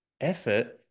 effort